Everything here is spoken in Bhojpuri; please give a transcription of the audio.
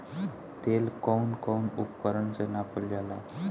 तेल कउन कउन उपकरण से नापल जाला?